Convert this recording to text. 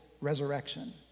resurrection